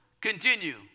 continue